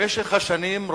במשך השנים,